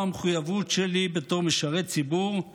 וכעת חבר הכנסת ואליד אלהואשלה, בבקשה.